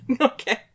Okay